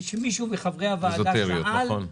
שמישהו מחברי הוועדה שאל -- אזוטריות, נכון.